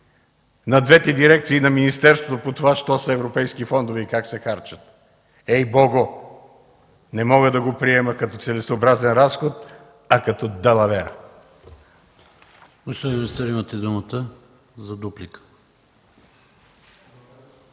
на двете дирекции на министерството по това що са европейски фондове и как се харчат. Ей Богу, не мога да го приема като целесъобразен разход, а като далавера!